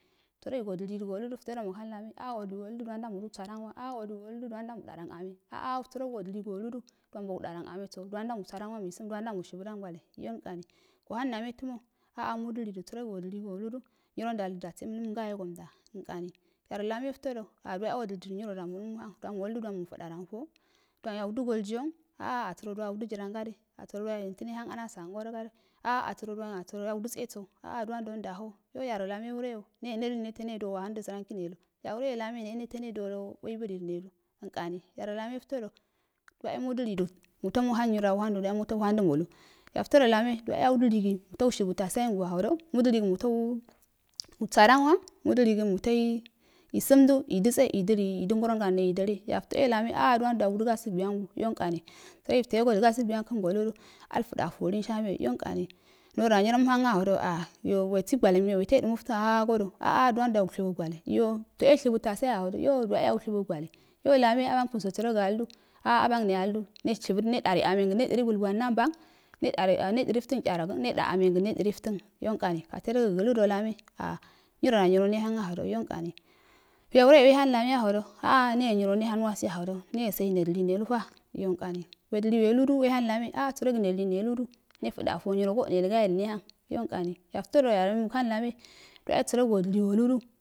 Sərgi go dilido goludo itodo muhanglame a'a wodili waludu duwanda mulu badan wa a'a wodili waludu dawanda mudada ame a'a sarowodili woludo mu dadan ameso duwanda muisadan wa meisum duwanda mushibudan gwale yoinkani muhang carme tomo a'a mudilido woludu nyiro ndalido dasu mgayo gomda əinkami aro lame dodo duwae dilidu nyiroda duwa e muhang duwan woludo duwan mufudandan fu'o duwan e yaudugal giyang a'a aba'rodo duwan yaudii girongade asəro duwae yane to nehang anasa ngoro gade a'a duwan asəro yau datseso wa duwa ndo ndaho yoyara lame wreyo nee neto neduwe wahəndo səranki nelu yawreyo lame nee neto neduwolo weibilido ne lu inkani yarolame flodo duwan e mudilidu muto muhang nyiro muhangdo muto muhang do mulu yaftodo ame duwa e yaudiligi muto shibu tasayen ahode mudiligi mutou sadan wa meitoi sumdu edətse edili idəngorondangno idili yaftoo e kame a'a duwando yaudu gasugui angu yolrikani sərogi tee godu gabuguionkəm soludu aftuda yu'a linsha meyo yoinkari nyiroda yanhanga hodo a iyo sobi gwalem yodu weto dəmoftəna hagodo a'a duwando yaushibu gwale iyo to e shibutsaye ahodo yoduwa e yaushubu gwale yolame abankunso sərogi aludo a'a abangne aluludu neshiburə ne dani ame ngən ne dəri gulguan namban ne dani ne dəniftan tchrogən nedari dnengən nedəri atən yoinkani katedogi əludo lame a nyiroda nyironhangahodo a ya wre e we hang lame a hodo a'a neye nyiro nehamglwasi ahwado neyo bei nedili neduta yolkari wedili weludu we hang lame a'a sərogi nedili. neludu ne fuda fu'o nyiroso dənelgayo nehang yaru yalnkani yafto yaru mughang larne puwan səro wodili woludu.